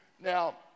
Now